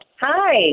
Hi